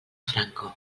franco